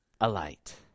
alight